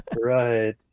right